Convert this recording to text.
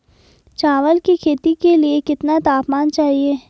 चावल की खेती के लिए कितना तापमान चाहिए?